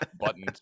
Button